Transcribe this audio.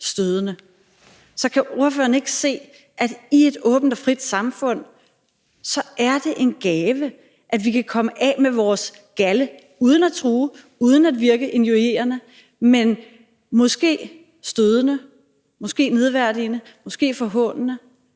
Så kan ordføreren ikke se, at i et åbent og frit samfund er det en gave, at vi kan komme af med vores galde uden at true, uden at virke injurierende, men måske stødende, måske nedværdigende, måske forhånende?